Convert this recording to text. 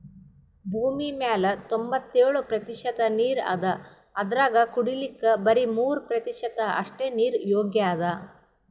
ಭೂಮಿಮ್ಯಾಲ್ ತೊಂಬತ್ತೆಳ್ ಪ್ರತಿಷತ್ ನೀರ್ ಅದಾ ಅದ್ರಾಗ ಕುಡಿಲಿಕ್ಕ್ ಬರಿ ಮೂರ್ ಪ್ರತಿಷತ್ ಅಷ್ಟೆ ನೀರ್ ಯೋಗ್ಯ್ ಅದಾ